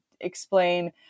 explain